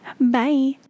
Bye